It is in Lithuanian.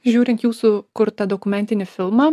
žiūrint jūsų kurtą dokumentinį filmą